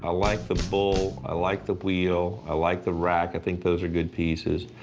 i like the bull. i like the wheel. i like the rack. i think those are good pieces.